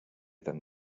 than